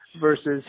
versus